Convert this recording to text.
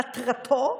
מטרתו,